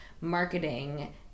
marketing